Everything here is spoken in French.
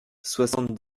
soixante